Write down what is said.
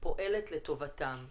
פועלת לטובתם,